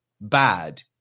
bad